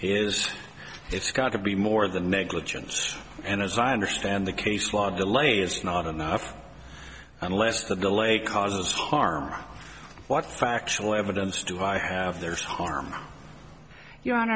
is it's got to be more than negligence and as i understand the case law the lay is not enough unless the delay causes harm what factual evidence do i have there's harm your hon